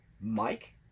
mike